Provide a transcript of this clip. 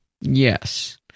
Yes